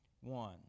one